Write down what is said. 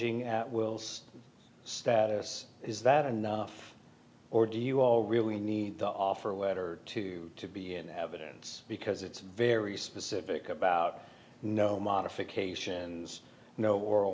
ing at will's status is that and or do you all really need to offer a letter to be in evidence because it's very specific about no modifications no or